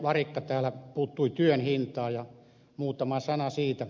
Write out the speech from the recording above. larikka täällä puuttui työn hintaan ja muutama sana siitä